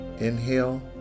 Inhale